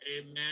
amen